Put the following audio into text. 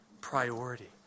priority